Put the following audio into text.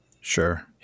Sure